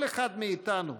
כל אחד מאיתנו,